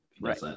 Right